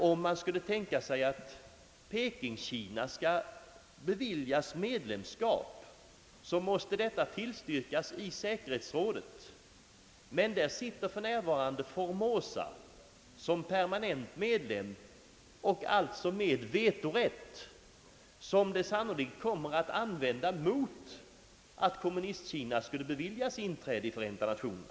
Om man skulle tänka sig att Pekingkina beviljades medlemskap, måste detta tillstyrkas i säkerhetsrådet. Men där sitter för närvarande Formosa som permanent medlem, alltså med vetorätt som landet sannolikt kommer att använda mot att Kommunistkina skulle beviljas inträde i Förenta Nationerna.